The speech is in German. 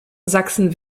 sachsen